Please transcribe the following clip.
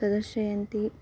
प्रदर्शयन्ति